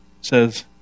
says